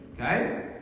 okay